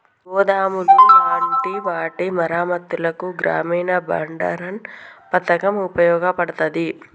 గోదాములు లాంటి వాటి మరమ్మత్తులకు గ్రామీన బండారన్ పతకం ఉపయోగపడతాది